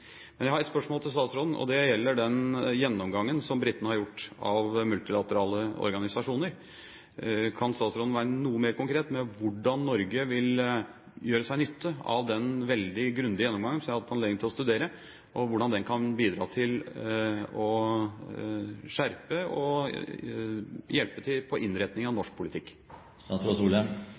Men jeg har ett spørsmål til statsråden. Det gjelder den gjennomgangen som britene har gjort av multilaterale organisasjoner. Kan statsråden være noe mer konkret når det gjelder hvordan Norge vil nyttiggjøre seg den veldig grundige gjennomgangen som jeg har hatt anledning til å studere, og hvordan den kan bidra til å skjerpe og hjelpe til når det gjelder innretningen av norsk